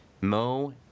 Mo